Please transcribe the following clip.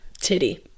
Titty